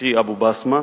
קרי אבו-בסמה,